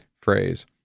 phrase